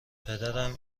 پدرم